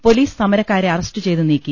police സമരക്കാരെ arrest ചെയ്ത് നീക്കി